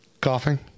coughing